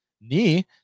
knee